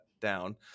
down